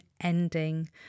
ending